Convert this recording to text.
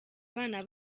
abana